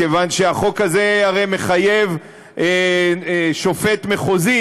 כיוון שהחוק הזה הרי מחייב שופט מחוזי,